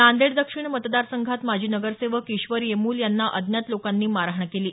नांदेड दक्षिण मतदार संघात माजी नगरसेवक ईश्वर येमूल यांना अज्ञात लोकांनी मारहाण केली